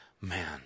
man